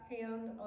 hand